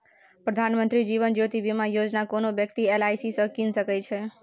प्रधानमंत्री जीबन ज्योती बीमा योजना कोनो बेकती एल.आइ.सी सँ कीन सकै छै